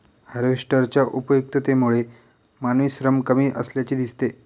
हार्वेस्टरच्या उपयुक्ततेमुळे मानवी श्रम कमी असल्याचे दिसते